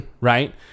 right